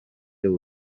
iyo